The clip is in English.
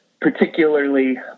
particularly